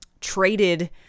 traded –